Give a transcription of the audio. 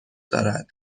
دارد